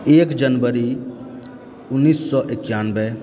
एक जनवरी उन्नैस सए एकानबे